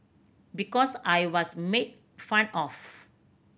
because I was made fun of